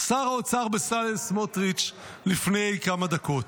שר האוצר בצלאל סמוטריץ' לפני כמה דקות.